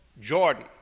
Jordan